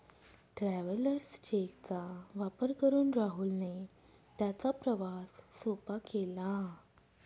travellers cheque चा वापर करून राहुलने त्याचा प्रवास सोपा केला